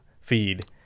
feed